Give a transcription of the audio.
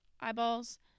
eyeballs